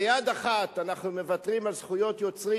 ביד אחת אנחנו מוותרים על זכויות יוצרים